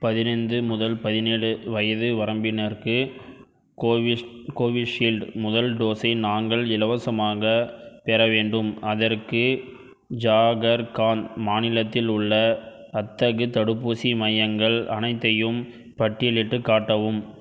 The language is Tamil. பதினைந்து முதல் பதினேழு வயது வரம்பினருக்கு கோவிஷீல்டு முதல் டோஸை நாங்கள் இலவசமாகப் பெற வேண்டும் அதற்கு ஜாகர்கண்ட் மாநிலத்தில் உள்ள அத்தகு தடுப்பூசி மையங்கள் அனைத்தையும் பட்டியலிட்டுக் காட்டவும்